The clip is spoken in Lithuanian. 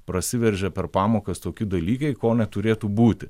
prasiveržia per pamokas tokie dalykai ko neturėtų būti